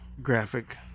graphic